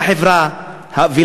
הצעה זו